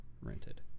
rented